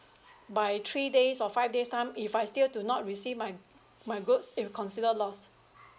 by three days or five days time if I still do not receive my my goods is consider lost